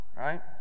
right